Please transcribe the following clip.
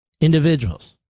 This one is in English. individuals